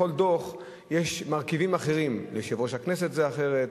בכל דוח יש מרכיבים אחרים: ליושב-ראש הכנסת זה אחרת,